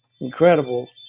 incredible